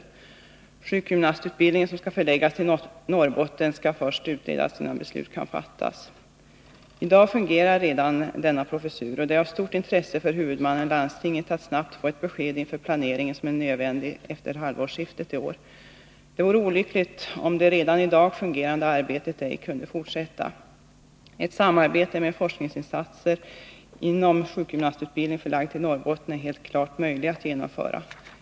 Frågan om sjukgymnastutbildningen, som skall förläggas till Norrbotten, skall utredas innan beslut kan fattas. I dag fungerar redan denna professur, och det är av stort intresse för huvudmannen och landstinget att snabbt få ett besked inför den planering som är nödvändig efter halvårsskiftet i år. Det vore olyckligt om det redan i dag fungerande arbetet ej kunde fortsätta. Ett samarbete med forskningsinsatser inom en sjukgymnastutbildning som är förlagd till Norrbotten är självfallet möjligt att genomföra.